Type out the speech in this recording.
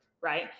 right